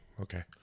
Okay